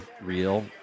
real